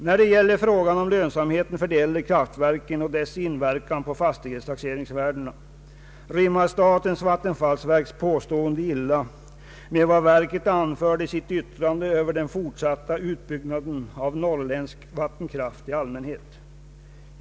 När det gäller frågan om lönsamheten för de äldre kraftverken och dess inverkan på fastighetstaxeringsvärdena rimmar statens vattenfallsverks påstående illa med vad verket anförde i sitt yttrande över den fortsatta utbyggnaden av norrländsk vattenkraft i allmänhet.